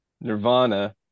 Nirvana